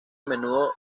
menudo